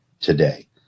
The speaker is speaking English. today